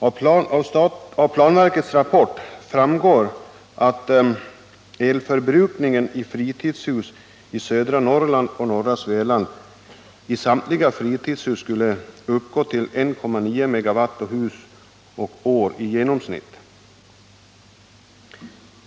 Av planverkets rapport framgår att elförbrukningen i samtliga fritidshus i södra Norrland och norra Svealand skulle uppgå till 1,9 MWh per hus och år i genomsnitt.